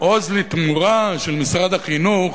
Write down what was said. "עוז לתמורה" של משרד החינוך,